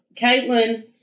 Caitlin